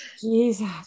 Jesus